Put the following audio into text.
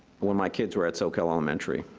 when my kids were at soquel elementary.